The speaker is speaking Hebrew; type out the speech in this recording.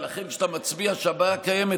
לכן כשאתה מצביע על כך שהבעיה קיימת,